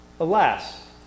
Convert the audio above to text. Alas